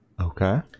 okay